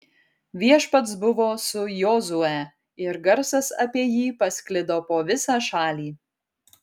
viešpats buvo su jozue ir garsas apie jį pasklido po visą šalį